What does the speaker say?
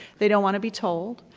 they don't want to be told,